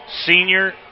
senior